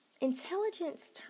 intelligence